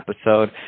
episode